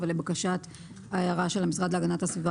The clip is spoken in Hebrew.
אבל לבקשת והערת המשרד להגנת הסביבה